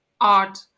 art